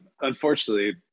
unfortunately